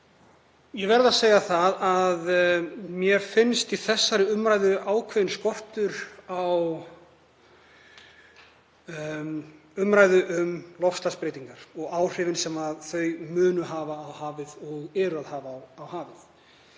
Ég verð að segja að mér finnst í þessari umræðu ákveðinn skortur á umræðu um loftslagsbreytingar og þau áhrif sem þær munu hafa á hafið og hafa nú þegar á hafið.